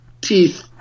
teeth